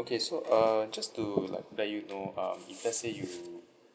okay so uh just to like let you know um if let's say you